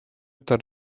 tütar